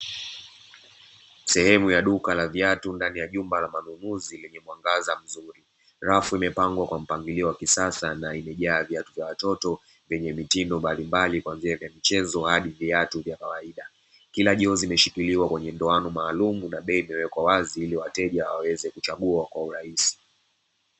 Sehemu ya duka la viatu ndani ya jumba la manunuzi lenye mwangaza mzuri, rafu imepangwa kwa mpangilio wa kisasa na imejaa viatu vya watoto vyenye mitindo mbalimbali kwanzia vya michezo hadi viatu vya kawaida. Kila jozi imeshikiliwa kwenye ndoano maalumu na bei imewekwa wazi ili wateja waweze kuchagua kwa urahisi.